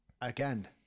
again